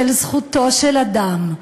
של זכותו של אדם,